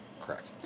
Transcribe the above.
Correct